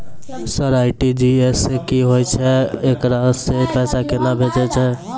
Sir RTGS की होय छै, एकरा से पैसा केना भेजै छै?